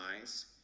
eyes